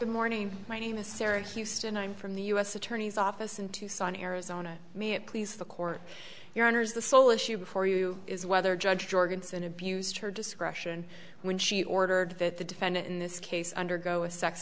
the morning my name is sarah houston i'm from the u s attorney's office in tucson arizona may it please the court your honour's the sole issue for you is whether judge jorgensen abused her discretion when she ordered that the defendant in this case undergo a sex